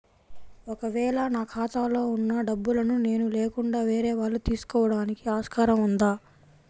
ఒక వేళ నా ఖాతాలో వున్న డబ్బులను నేను లేకుండా వేరే వాళ్ళు తీసుకోవడానికి ఆస్కారం ఉందా?